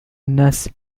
الناس